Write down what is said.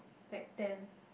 back then